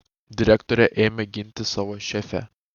direktorė ėmė ginti savo šefę